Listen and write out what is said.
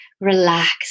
relax